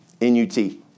N-U-T